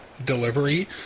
delivery